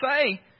say